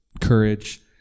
courage